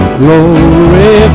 glory